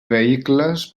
vehicles